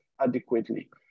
adequately